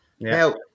Now